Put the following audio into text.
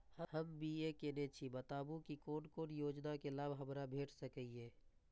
हम बी.ए केनै छी बताबु की कोन कोन योजना के लाभ हमरा भेट सकै ये?